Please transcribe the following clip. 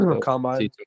Combine